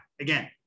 Again